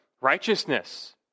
righteousness